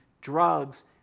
drugs